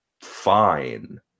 fine